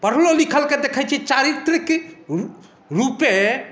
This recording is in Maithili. पढ़लो लिखलके देखैत छियै चारित्रिक रूप रूपे